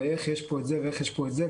ואיך יש פה את זה ואיך יש פה את זה,